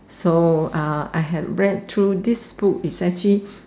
so uh I had read through this book it's actually